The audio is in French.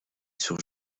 sur